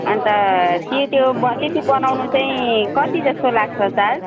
अन्त कि त्यो त्यति बनाउन चाहिँ कति जस्तो लाग्छ चार्ज